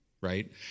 right